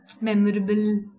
memorable